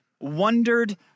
wondered